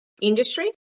industry